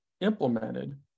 implemented